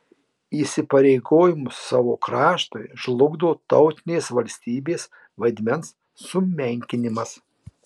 įsipareigojimus savo kraštui žlugdo tautinės valstybės vaidmens sumenkinimas